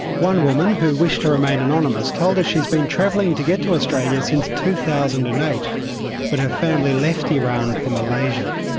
one woman who wished to remain anonymous told us she has been travelling to get to australia since two thousand and eight when her family left iran for malaysia.